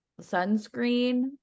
Sunscreen